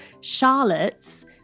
Charlotte's